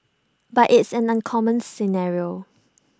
but it's an uncommon scenario